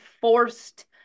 forced